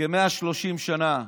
כ-130 שנה.